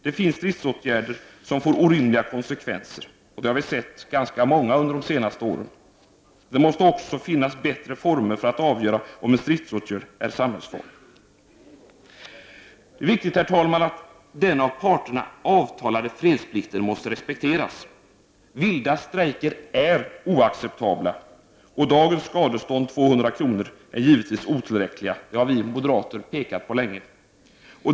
Det finns stridsåtgärder som får orimliga konsekvenser — vi har sett ganska många sådana under de senaste åren. Det måste också finnas bättre former för att avgöra om en stridsåtgärd är samhällsfarlig. Det är viktigt att den av parterna avtalade fredsplikten respekteras. Vilda strejker är oacceptabla, och dagens skadestånd på 200 kr. är givetvis otillräckliga — det har vi moderater påpekat länge.